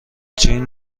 جین